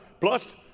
plus